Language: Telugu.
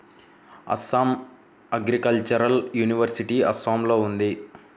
అస్సాం అగ్రికల్చరల్ యూనివర్సిటీ అస్సాంలో ఉంది